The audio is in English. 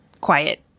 quiet